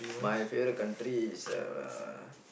my favourite country is uh